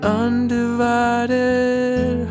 undivided